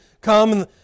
come